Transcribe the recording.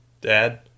Dad